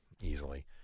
easily